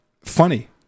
funny